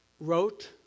wrote